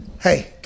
Hey